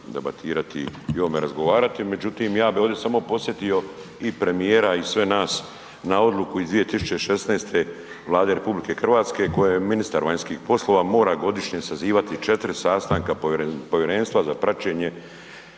debatirati i o ovome razgovarati. Međutim, ja bi ovdje samo podsjetio i premijera i sve nas na odluku iz 2016. Vlade RH kojom ministar vanjskih poslova mora godišnje sazivati 4 sastanka Povjerenstva za praćenje